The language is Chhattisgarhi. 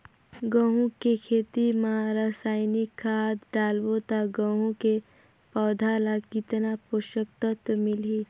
गंहू के खेती मां रसायनिक खाद डालबो ता गंहू के पौधा ला कितन पोषक तत्व मिलही?